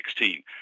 2016